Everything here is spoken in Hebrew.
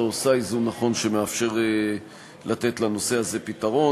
עושה איזון נכון שמאפשר לתת לנושא הזה פתרון.